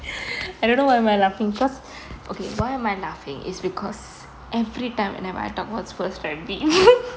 I don't know why am I laughing cause okay why am I laughing is because every time whenever I talk about spurs right peo~